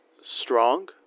strong